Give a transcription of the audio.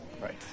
right